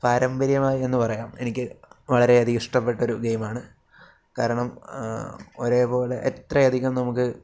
പാരമ്പര്യമായി എന്ന് പറയാം എനിക്ക് വളരെയധികം ഇഷ്ടപ്പെട്ടൊരു ഗെയിമാണ് കാരണം ഒരേപോലെ എത്രയധികം നമുക്ക്